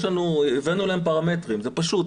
נתנו להם פרמטרים, זה פשוט.